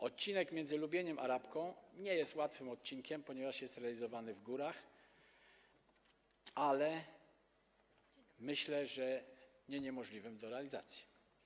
Odcinek między Lubieniem a Rabką nie jest łatwym odcinkiem, ponieważ jest realizowany w górach, ale myślę, że nie niemożliwym do realizacji.